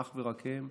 אך ורק הם,